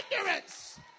ignorance